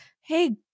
hey